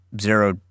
zero